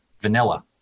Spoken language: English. vanilla